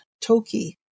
toki